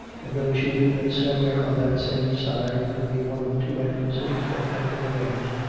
and though she knew that somewhere on that same side would be one of the two entrances that had been arranged,